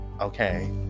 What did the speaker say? Okay